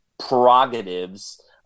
Prerogatives